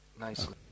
nicely